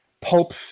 pulp